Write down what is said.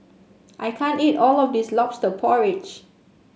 I can't eat all of this lobster porridge